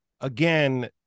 again